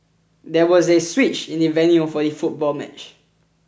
there was a switch in the venue for the football match